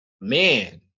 man